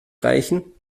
reichen